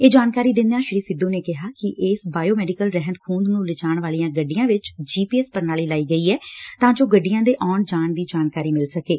ਇਹ ਜਾਣਕਾਰੀ ਦਿੰਦਿਆਂ ਸ੍ਰੀ ਸਿੱਧੁ ਨੇ ਕਿਹਾ ਕਿ ਇਸ ਬਾਇਓ ਮੈਡੀਕਲ ਰਹਿੰਦ ਖੁੰਹਦ ਨੂੰ ਲਿਜਾਣ ਵਾਲੀਆਂ ਗੱਡੀਆਂ ਵਿਚ ਜੀ ਪੀ ਐਸ ਪ੍ਰਣਾਲੀ ਲਗਾਈ ਗਈ ਐ ਤਾ ਜੋ ਗੱਡੀਆ ਦੇ ਆਉਣ ਜਾਣ ਦੀ ਜਾਣਕਾਰੀ ਮਿਲ ਸਕੇ